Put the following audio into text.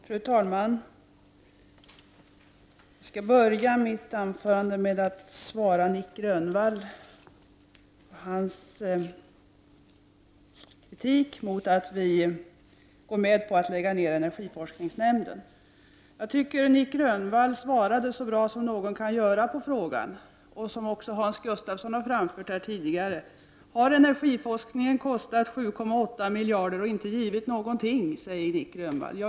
Fru talman! Jag skall börja mitt anförande med att svara Nic Grönvall på hans kritik mot att vi i folkpartiet går med på att lägga ned energiforskningsnämnden. Jag tycker att Nic Grönvall själv svarade så bra som någon kan svara på frågan. Hans Gustafsson har också framfört detta tidigare. Nic Grönvall säger nu att energiforskningen har kostat 7,8 miljarder och inte givit någonting.